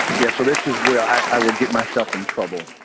yeah, so this is where i will get myself in trouble.